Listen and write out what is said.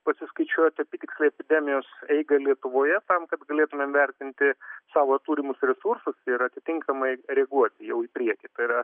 pasiskaičiuoti apytiksliai epidemijos eigą lietuvoje tam kad galėtumėm vertinti savo turimus resursus ir atitinkamai reaguoti jau į priekį tai yra